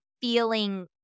feeling